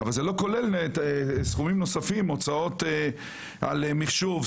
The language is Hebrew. אבל זה לא כולל סכומים נוספים: הוצאות על מחשוב,